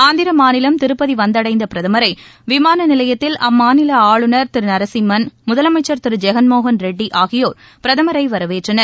ஆந்திர மாநிலம் திருப்பதி வந்தடைந்த பிரதமரை விமான நிலையத்தில் அம்மாநில ஆளுநர் திரு நரசிம்மன் முதலமைச்சர் திரு ஜெகன்மோகன் ரெட்டி ஆகியோர் பிரதமரை வரவேற்றனர்